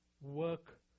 work